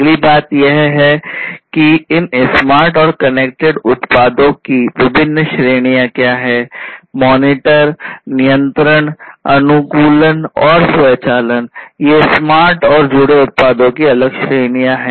अगली बात यह है कि इन स्मार्ट और कनेक्टेड उत्पादों की विभिन्न श्रेणियां क्या हैं मॉनिटर और स्वचालन ये स्मार्ट और जुड़े उत्पादों की अलग श्रेणियाँ हैं